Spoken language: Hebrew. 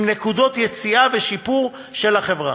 עם נקודות יציאה ושיפור של החברה.